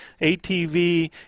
ATV